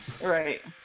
right